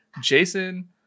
Jason